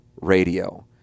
radio